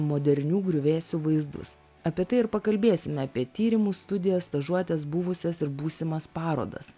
modernių griuvėsių vaizdus apie tai ir pakalbėsime apie tyrimus studijas stažuotes buvusias ir būsimas parodas